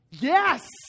Yes